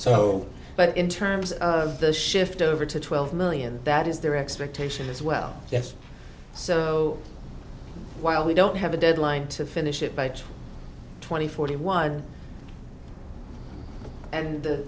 so but in terms of the shift over to twelve million that is their expectation as well yes so while we don't have a deadline to finish it by twenty forty one and